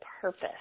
purpose